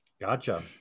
Gotcha